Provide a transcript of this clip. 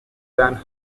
than